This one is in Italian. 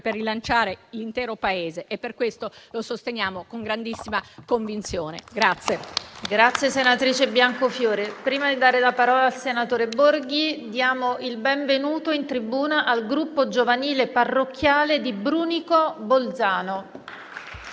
per rilanciare l'intero Paese e per questo lo sosteniamo con grandissima convinzione.